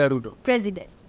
President